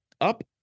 Up